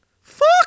Fuck